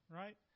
right